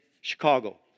Chicago